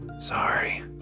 Sorry